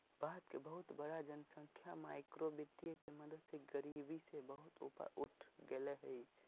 भारत के बहुत बड़ा जनसँख्या माइक्रो वितीय के मदद से गरिबी से बहुत ऊपर उठ गेलय हें